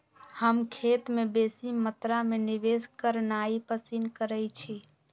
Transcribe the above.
हम खेत में बेशी मत्रा में निवेश करनाइ पसिन करइछी